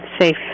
safe